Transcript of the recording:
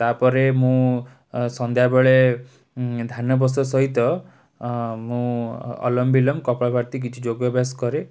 ତା'ପରେ ମୁଁ ସନ୍ଧ୍ୟାବେଳେ ଧ୍ୟାନବଶ ସହିତ ମୁଁ ଅନୁଲମ ଵିଲୋମ କପାଳଭାତି କିଛି ଯୋଗ ଅଭ୍ୟାସ କରେ